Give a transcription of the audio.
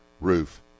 roof